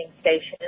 station